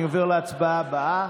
אני עובר להצבעה הבאה,